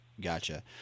Gotcha